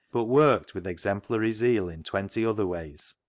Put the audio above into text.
but worked with exemplary zeal in twenty other ways,